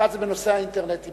אחת היא בנושא אתרי האינטרנט בשבת,